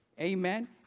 Amen